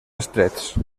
estrets